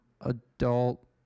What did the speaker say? adult